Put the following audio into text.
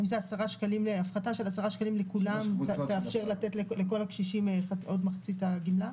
האם הפחתה של עשרה שקלים לכולם תאפשר לתת לכל הקשישים עוד מחצית הגמלה?